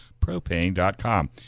propane.com